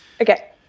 Okay